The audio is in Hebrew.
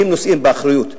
הם נושאים באחריות.